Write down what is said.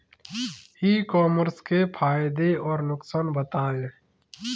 ई commerce के फायदे और नुकसान बताएँ?